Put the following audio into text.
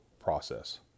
process